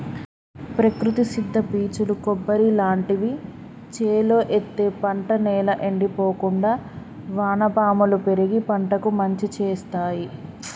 ప్రకృతి సిద్ద పీచులు కొబ్బరి లాంటివి చేలో ఎత్తే పంట నేల ఎండిపోకుండా వానపాములు పెరిగి పంటకు మంచి శేత్తాయ్